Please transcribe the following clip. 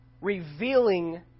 revealing